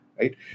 right